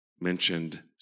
mentioned